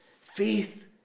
Faith